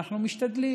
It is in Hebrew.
ואנחנו משתדלים.